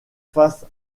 face